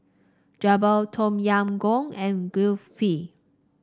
Jokbal Tom Yam Goong and Kulfi